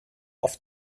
oft